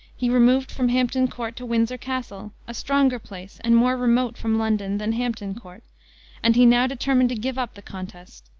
he removed from hampton court to windsor castle, a stronger place and more remote from london than hampton court and he now determined to give up the contest.